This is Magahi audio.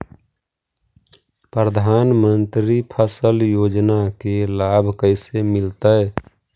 प्रधानमंत्री फसल योजना के लाभ कैसे मिलतै?